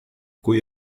kui